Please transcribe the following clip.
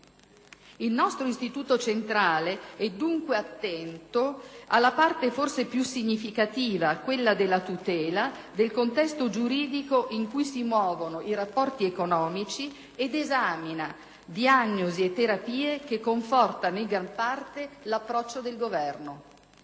Il nostro istituto centrale è dunque attento alla parte forse più significativa, quella della tutela, del contesto giuridico in cui si muovono i rapporti economici ed esamina diagnosi e terapie che confortano in gran parte l'approccio del Governo.